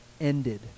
ended